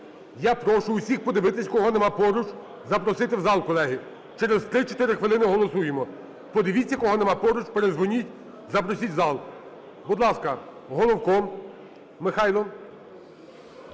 Я прошу усіх подивитись кого нема поруч, запросити у зал, колеги. Через 3-4 хвилини голосуємо. Подивіться, кого нема поруч, передзвоніть, запросіть в зал. Будь ласка, Головко Михайло.